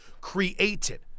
Created